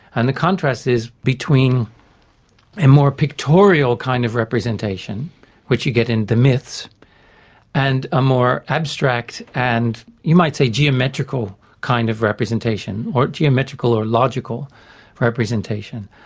and the contrast is between a more pictorial kind of representation which you get in the myths and a more abstract and you might say geometrical kind of representation or geometrical or logical representation,